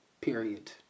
Period